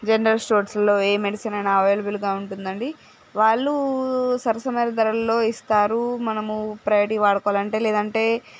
general స్టోర్స్లో ఏ medicine అయినా అవైలబుల్గా ఉంటుందండి వాళ్ళూ సరసమైన ధరల్లో ఇస్తారు మనము ప్రైవేటివి వాడుకోవాలంటే లేదంటే